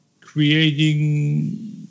creating